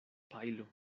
pajlo